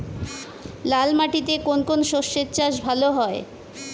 লাল মাটিতে কোন কোন শস্যের চাষ ভালো হয়?